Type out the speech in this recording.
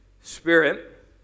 Spirit